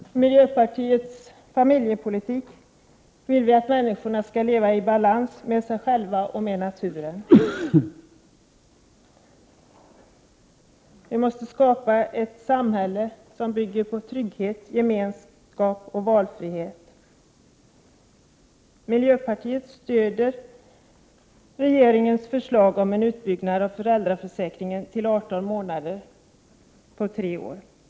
Enligt miljöpartiets familjepolitik skall människor leva i balans med sig själva och med naturen. Vi måste skapa ett samhälle som bygger på gemenskap, trygghet och valfrihet. Miljöpartiet stöder regeringens förslag om en utbyggnad av föräldraförsäkringen till 18 månader på tre år.